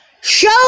show